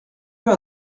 peu